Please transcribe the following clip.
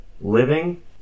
living